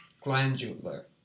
Glandular